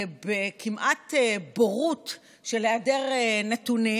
בכמעט בורות של היעדר נתונים,